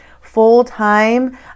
full-time